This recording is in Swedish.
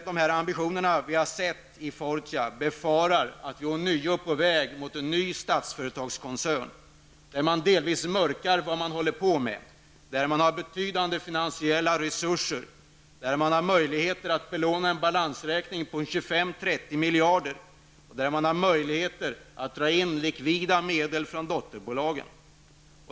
De ambitioner som Fortia har visat gör att vi befarar att vi på nytt är på väg mot en ny Statsföretagskoncern, där man delvis vill mörklägga vad man håller på med, där man har betydande finansiella resurser, där man har möjligheter att belåna en balansräkning på 25-30 miljarder och där man har möjligheter att driva in likvida medel från dotterbolagen.